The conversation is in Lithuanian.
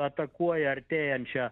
atakuoja artėjančią